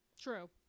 True